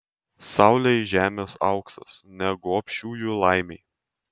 saulei žemės auksas ne gobšiųjų laimei